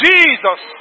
Jesus